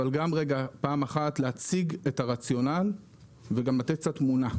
וגם פעם אחת להציג את הרציונל וגם להציג תמונה.